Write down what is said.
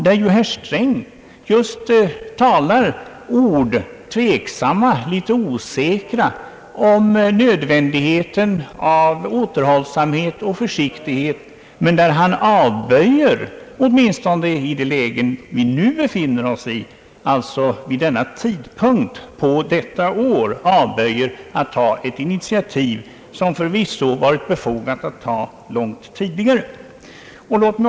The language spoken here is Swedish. Där talar herr Sträng på ett något tveksamt och osäkert sätt om nödvändigheten av återhållsamhet och försiktighet men där han avböjer — åtminstone vid denna tidpunkt — att ta initiativ som förvisso varit befogat att ta långt tidigare.